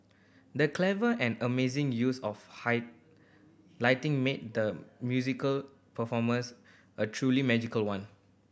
the clever and amazing use of high lighting made the musical performance a truly magical one